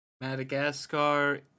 Madagascar